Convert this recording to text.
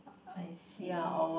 I see